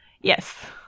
Yes